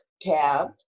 tab